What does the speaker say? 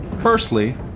Firstly